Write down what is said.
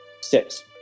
Six